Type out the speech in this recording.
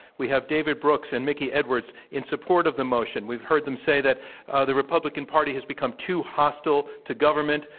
we have david brooks and mickey edwards in support of the motion. we've heard them say that ah the republican party has become too hostile to government,